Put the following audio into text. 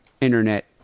internet